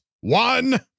One